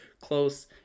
close